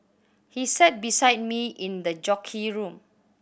he sat beside me in the jockey room